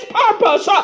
purpose